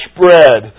bread